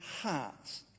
hearts